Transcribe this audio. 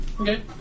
Okay